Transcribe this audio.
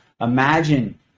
Imagine